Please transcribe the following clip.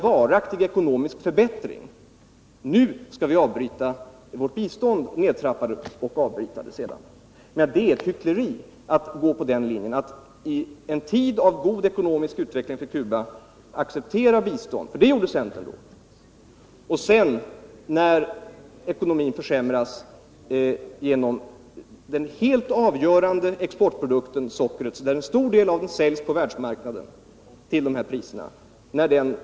När sockerpriserna sedan rasar kraftigt — jag har använt siffror för att visa det; jag har använt samma tabell som Torsten Bengtson — säger centern: Nu sker det en varaktig ekonomisk förbättring. Nu skall vi trappa ned och sedan avbryta vårt bistånd. — Det är hyckleri att följa den linjen.